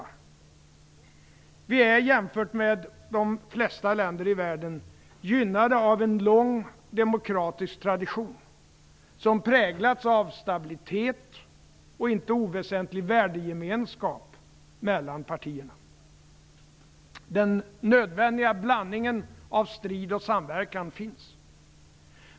Sverige är jämfört med de flesta länder i världen gynnat av en lång demokratisk tradition som präglats av stabilitet och inte oväsentlig värdegemenskap mellan partierna. Den nödvändiga blandningen av strid och samverkan finns.